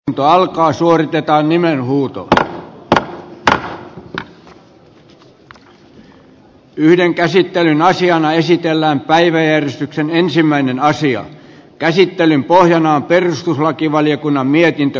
yhden käsittelyn asiana esitellään päiväjärjestyksen ensimmäinen aasian käsittelyn pohjana on perustuslakivaliokunnan mietintö